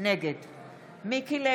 וכך אנחנו בעצם מייצרות בפועל פגיעה משמעותית